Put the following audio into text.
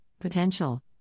potential